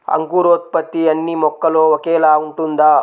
అంకురోత్పత్తి అన్నీ మొక్కలో ఒకేలా ఉంటుందా?